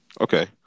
Okay